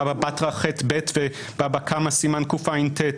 בבא בתרא, בבא קמא סימן קע"ט.